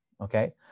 okay